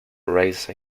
race